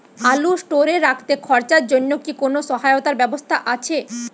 আলু স্টোরে রাখতে খরচার জন্যকি কোন সহায়তার ব্যবস্থা আছে?